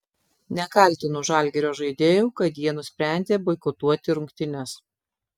nekaltinu žalgirio žaidėjų kad jie nusprendė boikotuoti rungtynes